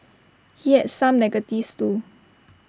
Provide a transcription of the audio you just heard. he had some negatives too